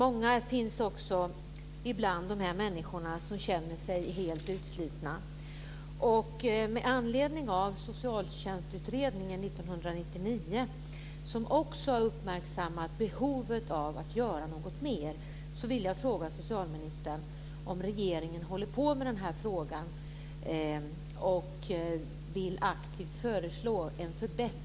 Det finns också många bland de här människorna som känner sig helt utslitna. Med anledning av att